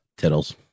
tittles